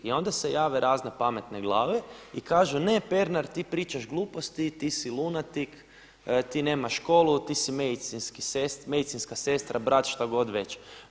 I onda se jave razne pametne glave i kažu ne Pernar ti pričaš gluposti, ti si lunatik, ti nemaš školu, ti si medicinska sestra, brat, što god već.